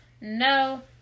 no